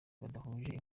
badahuje